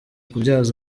kubyaza